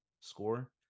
score